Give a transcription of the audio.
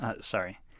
Sorry